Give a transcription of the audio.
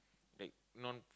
like non